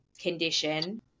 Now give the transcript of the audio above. condition